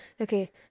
okay